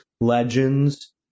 legends